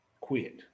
quit